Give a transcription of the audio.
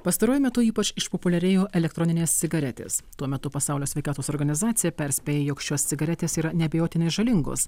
pastaruoju metu ypač išpopuliarėjo elektroninės cigaretės tuo metu pasaulio sveikatos organizacija perspėja jog šios cigaretės yra neabejotinai žalingos